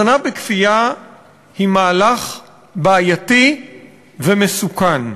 הזנה בכפייה היא מהלך בעייתי ומסוכן.